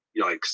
yikes